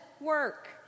work